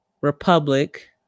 republic